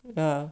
yeah